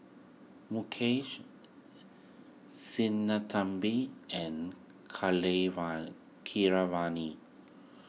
Mukesh Sinnathamby and Keeravani